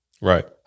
right